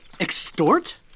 extort